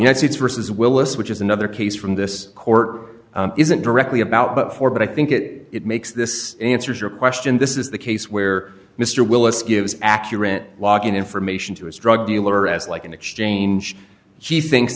yes it's worse as willis which is another case from this court isn't directly about what for but i think it it makes this answers your question this is the case where mr willis gives accurate logon information to his drug dealer as like an exchange she thinks